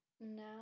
now